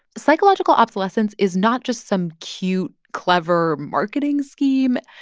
psychological obsolescence is not just some cute, clever marketing scheme.